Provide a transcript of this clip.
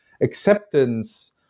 acceptance